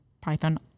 python